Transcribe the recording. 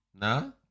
No